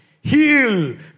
heal